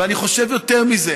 ואני חושב יותר מזה,